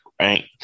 right